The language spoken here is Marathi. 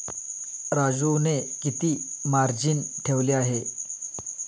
राजूने किती मार्जिन ठेवले आहे?